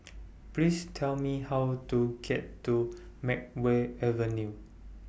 Please Tell Me How to get to Makeway Avenue